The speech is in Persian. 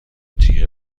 تیغ